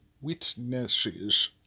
witnesses